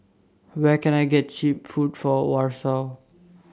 Where Can I get Cheap Food For Warsaw